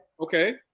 Okay